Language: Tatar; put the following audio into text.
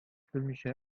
белмичә